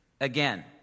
again